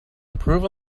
improve